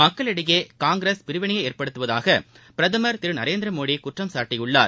மக்களிடையே காங்கிரஸ் பிரிவினையை ஏற்படுத்துவதாக பிரதமர் திரு நரேந்திரமோடி குற்றம் சாட்டியுள்ளார்